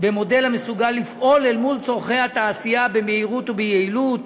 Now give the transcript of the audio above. במודל המסוגל לפעול אל מול צורכי התעשייה במהירות וביעילות,